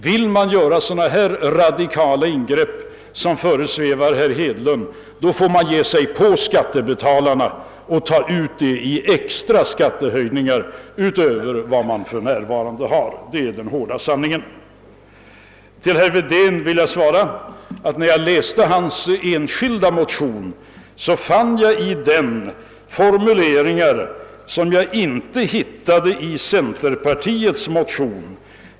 Vill man göra de radikala ingrepp som föresvävar herr Hedlund får man ge sig på skattebetalarna och ta ut vad som behövs genom extra skattehöjningar. Det är den hårda sanningen. När jag läste herr Wedéns egen motion fann jag formuleringar som jag inte återfann i centerpartiets motion.